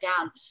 down